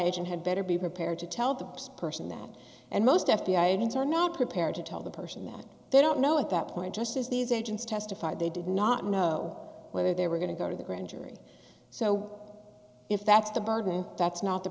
agent had better be prepared to tell the person that and most f b i agents are not prepared to tell the person that they don't know at that point just as these agents testified they did not know whether they were going to go to the grand jury so if that's the burden that's not the